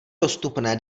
dostupné